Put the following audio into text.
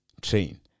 train